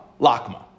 Lakma